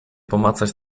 pomacać